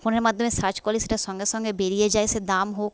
ফোনের মাধ্যমে সার্চ করলে সেটা সঙ্গে সঙ্গে বেরিয়ে যায় সে দাম হোক